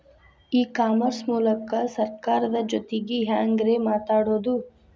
E commerce ಮೂಲಕ ಸರ್ಕಾರದ ಜೊತಿಗೆ ಹ್ಯಾಂಗ್ ರೇ ಮಾತಾಡೋದು?